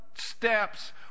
steps